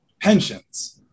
pensions